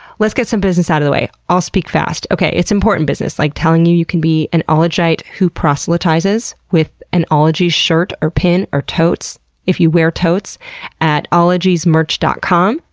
let's get some business out of the way. i'll speak fast. okay, it's important business, like telling you that you can be an ologite who proselytizes with an ologies shirt or pin or totes if you wear totes at ologiesmerch dot com.